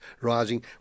rising